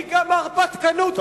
אני מבקש שתסיים.